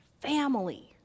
family